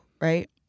Right